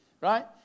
Right